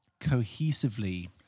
cohesively